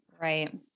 Right